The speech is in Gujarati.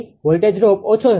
તેથી વોલ્ટેજ ડ્રોપ ઓછો હશે